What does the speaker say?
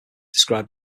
described